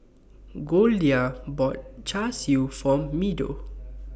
Goldia bought Char Siu For Meadow